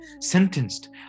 sentenced